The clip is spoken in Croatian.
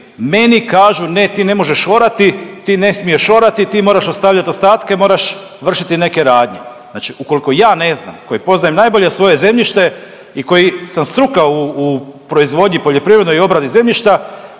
meni kažu ne ti ne možeš orati, ti ne smiješ orati, ti moraš ostavljat ostatke, moraš vršiti neke radnje. Znači ukoliko ja ne znam koji poznajem najbolje svoje zemljište i koji sam struka u proizvodnji poljoprivrednoj i obradi zemljišta